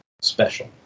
special